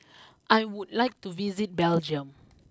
I would like to visit Belgium